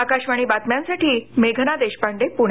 आकाशवाणी बातम्यांसाठी मेघना देशपांडे पुणे